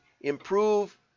improve